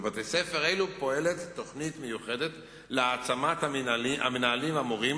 בבתי-ספר אלה פועלת תוכנית מיוחדת להעצמת המנהלים והמורים,